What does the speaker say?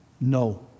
No